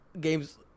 games